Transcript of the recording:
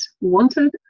wanted